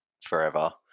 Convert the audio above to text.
forever